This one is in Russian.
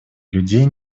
людей